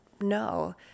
no